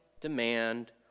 demand